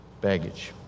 baggage